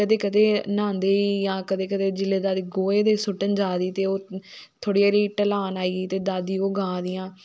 कदें कदें न्हांदे जां कदें कदें जेल्ले गोहे दे सुट्टन जा दी ते ओह् थोह्ड़ी हारी ढलान आई ते दादी ओह् गा दियां